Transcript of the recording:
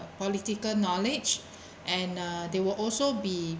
political knowledge and uh they will also be